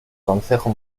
concejo